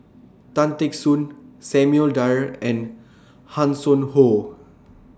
Tan Teck Soon Samuel Dyer and Hanson Ho